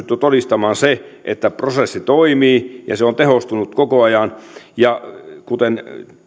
todistamaan se että prosessi toimii ja se on tehostunut koko ajan kuten